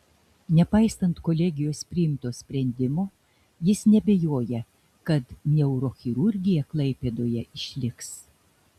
nepaisant kolegijos priimto sprendimo jis neabejoja kad neurochirurgija klaipėdoje išliks